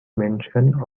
mention